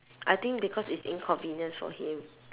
I think because it's inconvenience for him